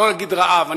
אני לא אגיד רעב,